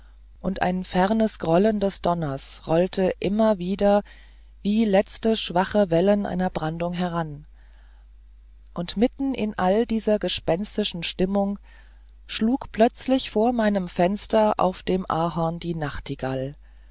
und ein fernes grollen des donners rollte immer wieder wie letzte schwache wellen einer brandung heran und mitten in all dieser gespenstischen stimmung schlug plötzlich vor meinem fenster auf dem ahorn die nachtigall